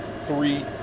three